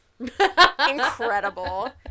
incredible